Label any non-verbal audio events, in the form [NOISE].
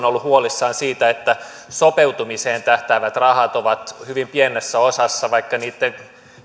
[UNINTELLIGIBLE] ollut huolissaan siitä että sopeutumiseen tähtäävät rahat ovat hyvin pienessä osassa vaikka niitten